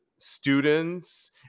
students